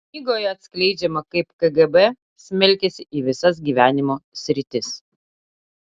knygoje atskleidžiama kaip kgb smelkėsi į visas gyvenimo sritis